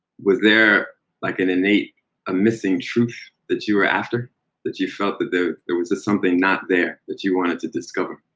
was there like an innate a missing truth that you were after that you felt that there there was something not there that you wanted to discover?